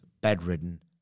bedridden